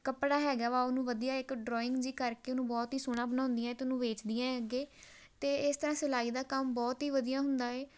ਕੱਪੜਾ ਹੈਗਾ ਵਾ ਉਹਨੂੰ ਵਧੀਆ ਇੱਕ ਡਰਾਇੰਗ ਜਿਹੀ ਕਰਕੇ ਉਹਨੂੰ ਬਹੁਤ ਹੀ ਸੋਹਣਾ ਬਣਾਉਂਦੀਆਂ ਅਤੇ ਉਹਨੂੰ ਵੇਚਦੀਆਂ ਅੱਗੇ ਅਤੇ ਇਸ ਤਰ੍ਹਾਂ ਸਿਲਾਈ ਦਾ ਕੰਮ ਬਹੁਤ ਹੀ ਵਧੀਆ ਹੁੰਦਾ ਹੈ